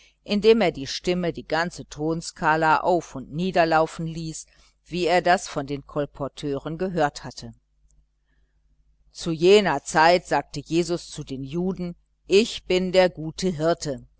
indem er die stimme die ganze tonskala auf und nieder laufen ließ wie er das von den kolporteuren gehört hatte zu jener zeit sagte jesus zu den juden ich bin der gute hirte